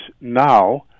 now